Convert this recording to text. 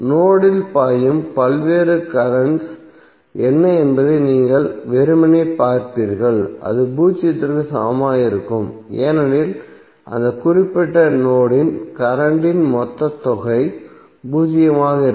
note இல் பாயும் பல்வேறு கரண்ட்ஸ் என்ன என்பதை நீங்கள் வெறுமனே பார்ப்பீர்கள் அது பூஜ்ஜியத்திற்கு சமமாக இருக்கும் ஏனெனில் அந்த குறிப்பிட்ட நோட் இன் கரண்ட்டின் மொத்த தொகை பூஜ்ஜியமாக இருக்கும்